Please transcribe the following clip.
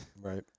right